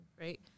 right